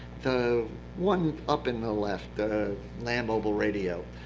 the one up in the left, the land mobile radio,